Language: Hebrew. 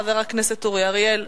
חבר הכנסת אורי אריאל,